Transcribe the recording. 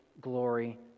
glory